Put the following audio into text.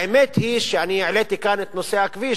האמת היא שהעליתי כאן את נושא הכביש,